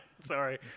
Sorry